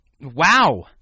wow